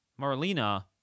Marlena